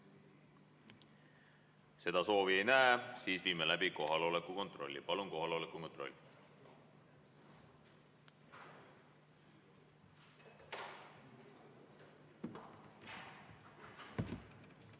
Seda soovi ei näe. Siis viime läbi kohaloleku kontrolli. Palun kohaloleku kontroll!